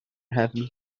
having